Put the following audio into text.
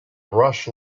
rush